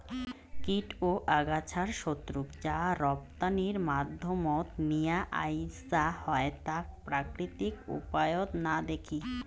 কীট ও আগাছার শত্রুক যা রপ্তানির মাধ্যমত নিয়া আইসা হয় তাক প্রাকৃতিক উপায়ত না দেখি